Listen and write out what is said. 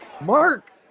Mark